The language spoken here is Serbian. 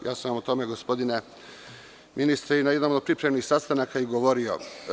O tome sam govorio gospodine ministre, i na jednom od pripremnih sastanaka govorio.